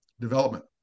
development